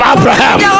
Abraham